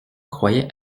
croyait